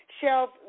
Shelf